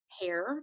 hair